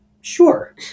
Sure